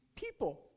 people